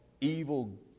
evil